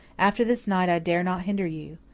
after this night i dare not hinder you.